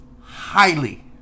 highly